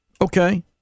Okay